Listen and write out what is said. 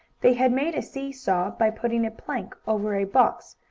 they had made a see-saw, by putting a plank over a box,